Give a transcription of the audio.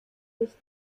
nicht